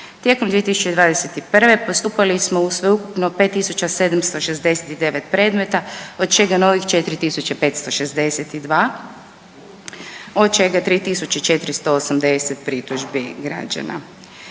Tijekom 2021. postupali smo u sveukupno 5769 predmeta od čega novih 4562, od čega 3480 pritužbi građana.